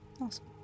Awesome